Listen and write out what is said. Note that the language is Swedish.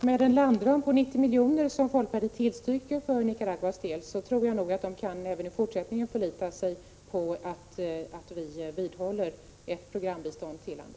Herr talman! Med en landram på 90 milj.kr., som folkpartiet tillstyrker för Nicaraguas del, tror jag att Nicaragua även i fortsättningen kan förlita sig på att vi bibehåller ett programbistånd till landet.